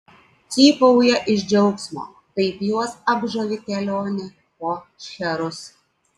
cypauja iš džiaugsmo taip juos apžavi kelionė po šcherus